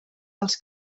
dels